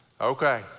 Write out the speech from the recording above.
okay